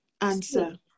answer